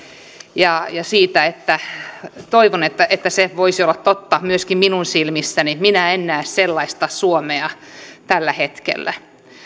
ja toivon että että se voisi olla totta myöskin minun silmissäni minä en näe sellaista suomea tällä hetkellä